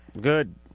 Good